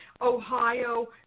Ohio